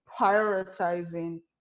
prioritizing